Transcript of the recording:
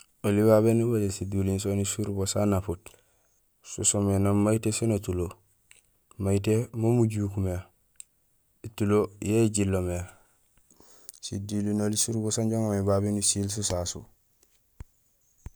Oli babé nubajé siduliin soni surubo sanaput, so soomé nang mayitee sén étulo. Mayitee mo mujuk mé, étulo yo éjinlo mé. Siduliin noli surubo saan uŋaar mé babé nusiil so sasu.